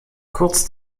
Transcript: kurz